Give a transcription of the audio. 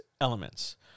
elements